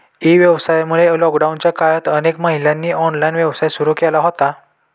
E व्यवसायामुळे लॉकडाऊनच्या काळात अनेक महिलांनी ऑनलाइन व्यवसाय सुरू केला होता